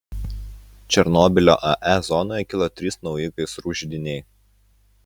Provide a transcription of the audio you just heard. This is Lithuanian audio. černobylio ae zonoje kilo trys nauji gaisrų židiniai